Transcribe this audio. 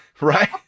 Right